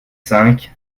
cinq